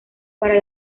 para